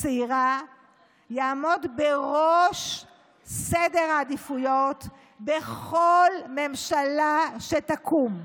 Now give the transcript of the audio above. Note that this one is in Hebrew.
הצעירה יעמוד בראש סדר העדיפויות בכל ממשלה שתקום.